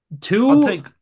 Two